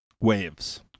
Waves